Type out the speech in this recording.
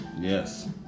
Yes